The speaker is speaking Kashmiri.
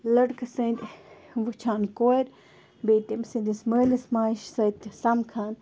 لٔڑکہٕ سٕنٛدۍ وُچھان کورِ بیٚیہِ تٔمۍ سنٛدِس مٲلِس ماجہِ سۭتۍ تہِ سَمکھان